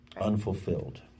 unfulfilled